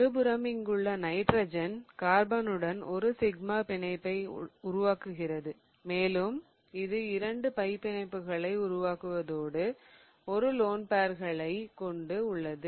மறுபுறம் இங்குள்ள நைட்ரஜன் கார்பனுடன் ஒரு சிக்மா பிணைப்பை உருவாக்குகிறது மேலும் இது இரண்டு பை பிணைப்புகளை உருவாக்குவதோடு ஒரு லோன் பேர்களை கொண்டு உள்ளது